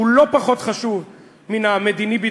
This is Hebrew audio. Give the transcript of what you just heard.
שהוא לא פחות חשוב מן המדיני-ביטחוני,